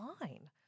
fine